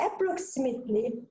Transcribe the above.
approximately